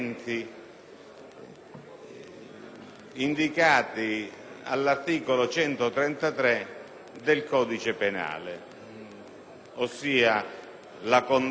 indicati all'articolo 133 del codice penale, ossia la condotta del reo,